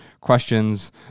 questions